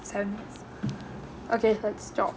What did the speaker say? sent okay here